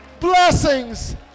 blessings